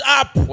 up